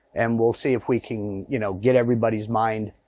and we'll see if we can you know get everybody's mind.